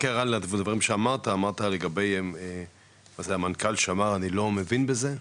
רק הערה על הדברים שאמרת לגבי המנכ"ל שאמר אני לא מבין בזה,